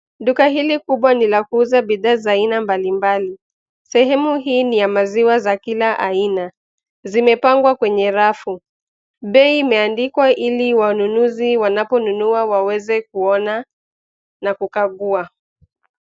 Duka hili kubwa ni la kuuza bidhaa za aina mbalimbali. Sehemu hii ni ya maziwa za kila aina, zimepangwa kwenye rafu. Bei imeandikwa ili wanunuzi wanaponunua waweze kuona na kukagua.